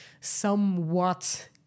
somewhat